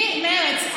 מרצ.